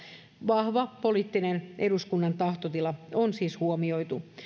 vahva poliittinen eduskunnan tahtotila on siis huomioitu